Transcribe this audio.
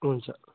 हुन्छ